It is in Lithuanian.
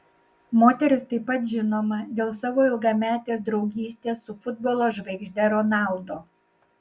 moteris taip pat žinoma dėl savo ilgametės draugystės su futbolo žvaigžde ronaldo